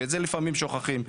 ואת זה לפעמים שוכחים.